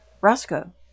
Roscoe